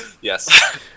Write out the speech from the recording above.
yes